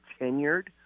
tenured